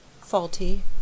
Faulty